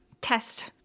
test